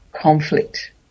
conflict